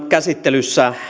käsittelyssä